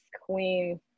Queen